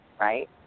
right